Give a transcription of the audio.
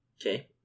Okay